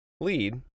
lead